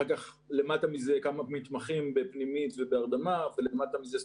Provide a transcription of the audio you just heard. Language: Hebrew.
אחר כך למטה מזה כמה מתמחים בפנימית ובהרדמה ולמטה מזה סטודנטים.